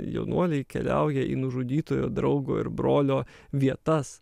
jaunuoliai keliauja į nužudytojo draugo ir brolio vietas